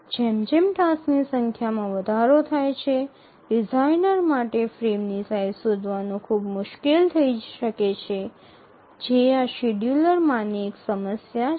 જેમ જેમ ટાસક્સની સંખ્યામાં વધારો થાય છે ડિઝાઇનર માટે ફ્રેમની સાઇઝ શોધવાનું ખૂબ મુશ્કેલ થઈ શકે છે જે આ શેડ્યૂલરમાંની એક સમસ્યા છે